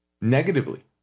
negatively